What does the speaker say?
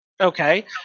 Okay